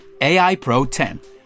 AIPRO10